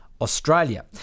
australia